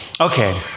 Okay